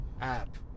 app